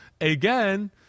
again